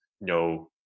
no